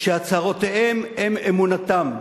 שהצהרותיהם הם אמונתם.